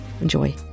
Enjoy